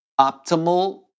optimal